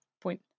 point